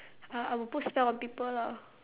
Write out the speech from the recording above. I I will put spell on people lah